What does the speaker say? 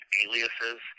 aliases